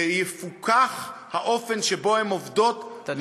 שיפוקח האופן שבו הן עובדות, תודה.